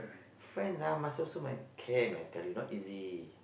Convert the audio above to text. friends ah must also men~ care mentally not easy